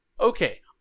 Okay